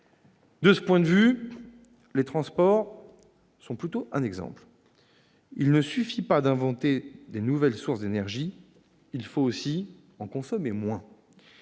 De ce point de vue, les transports sont plutôt un exemple. Il ne suffit pas d'inventer de nouvelles sources d'énergie ; il faut aussi en consommer moins.